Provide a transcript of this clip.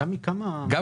גם